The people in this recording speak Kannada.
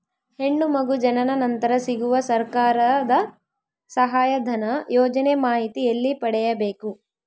ಹೆಣ್ಣು ಮಗು ಜನನ ನಂತರ ಸಿಗುವ ಸರ್ಕಾರದ ಸಹಾಯಧನ ಯೋಜನೆ ಮಾಹಿತಿ ಎಲ್ಲಿ ಪಡೆಯಬೇಕು?